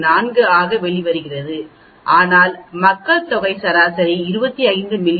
4 ஆக வெளிவருகிறது ஆனால் மக்கள் தொகை சராசரி 25 மி